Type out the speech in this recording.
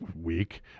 week